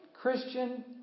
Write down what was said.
Christian